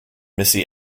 missy